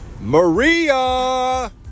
Maria